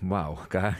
vau ką